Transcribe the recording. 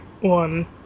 one